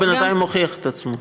הוא בינתיים מוכיח את עצמו.